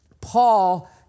Paul